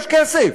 יש כסף.